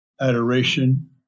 adoration